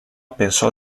pensò